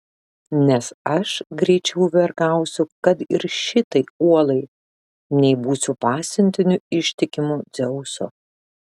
nes aš greičiau vergausiu kad ir šitai uolai nei būsiu pasiuntiniu ištikimu dzeuso